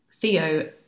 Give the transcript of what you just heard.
Theo